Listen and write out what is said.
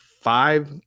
Five